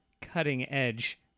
cutting-edge